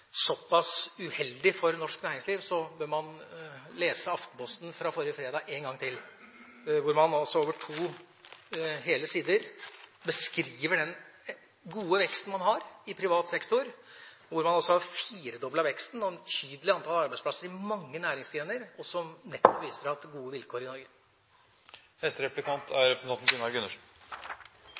såpass uheldig for norsk næringsliv, bør man lese Aftenposten fra forrige fredag en gang til, hvor man altså over to hele sider beskriver den gode veksten man har i privat sektor, hvor man altså har firedoblet veksten og økt betydelig antallet arbeidsplasser i mange næringsgrener, noe som nettopp viser at det er gode vilkår i Norge.